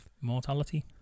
mortality